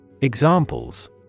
Examples